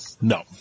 No